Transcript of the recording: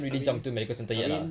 I mean I mean